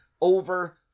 over